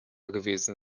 gewesen